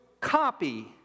copy